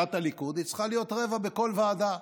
סיעת הליכוד צריכה להיות רבע בכל ועדה.